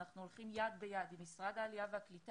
אנחנו הולכים יד ביד עם משרד העלייה והקליטה,